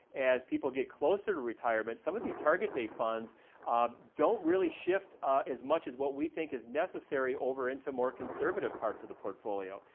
as people get closer to retirement, some of these target date funds don't really shift as much as what we think is necessary over into more conservative parts of the portfolio.